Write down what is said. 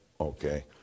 okay